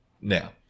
Now